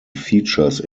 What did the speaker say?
features